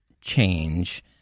change